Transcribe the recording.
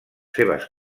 seves